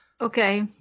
Okay